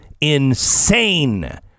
insane